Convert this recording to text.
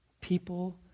people